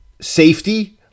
safety